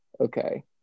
okay